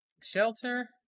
shelter